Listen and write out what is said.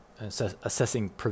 assessing